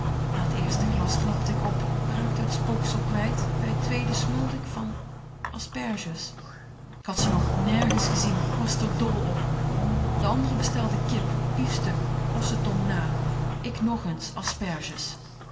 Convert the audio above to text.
na t eerste glas knapte ik op raakte t spooksel kwijt bij t tweede smulde k van asperges k had ze nog nergens gezien k was r dol op de anderen bestelden kip biefstuk ossentong na ik nog eens asperges